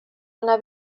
anar